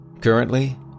Currently